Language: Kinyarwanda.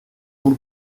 nk’u